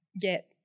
get